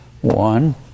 One